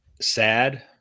sad